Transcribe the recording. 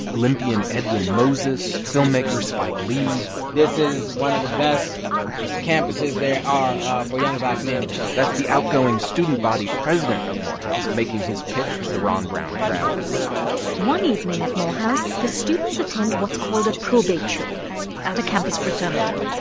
olympian edwin moses, filmmaker spike lee this is one of the best campuses there are ah for young black men that's the outgoing student body president of morehouse making his pitch to the ron brown crowd one evening at morehouse, the students attend what's called a probate show at a campus fraternity.